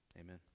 Amen